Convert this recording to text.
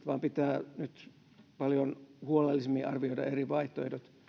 vaan nyt pitää paljon huolellisemmin arvioida eri vaihtoehdot